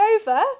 over